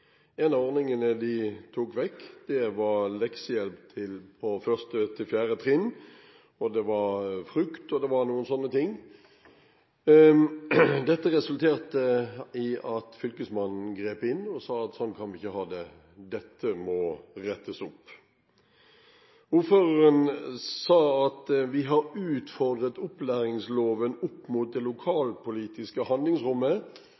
En av ordningene de tok vekk, var leksehjelp på 1. til 4. trinn. Det var også frukt og noen sånne ting. Dette resulterte i at Fylkesmannen grep inn og sa at sånn kan vi ikke ha det, dette må rettes opp. Ordføreren sa: «Vi har utfordret opplæringsloven opp imot det lokalpolitiske handlingsrommet»,